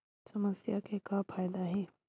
समस्या के का फ़ायदा हे?